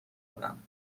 کنم